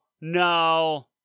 No